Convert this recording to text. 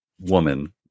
woman